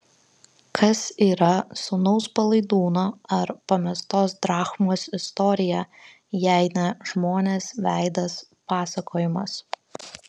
kas yra sūnaus palaidūno ar pamestos drachmos istorija jei ne žmonės veidas pasakojimas